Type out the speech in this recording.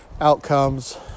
outcomes